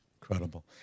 Incredible